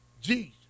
Jesus